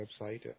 website